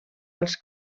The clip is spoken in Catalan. als